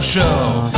Show